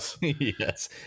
Yes